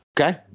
Okay